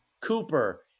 Cooper